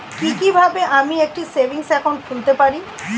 কি কিভাবে আমি একটি সেভিংস একাউন্ট খুলতে পারি?